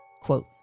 quote